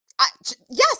Yes